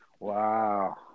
Wow